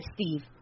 Steve